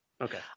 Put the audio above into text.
Okay